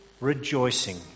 rejoicing